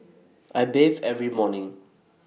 I bathe every morning